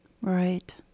Right